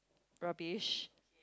rubbish